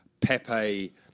Pepe